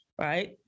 right